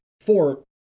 four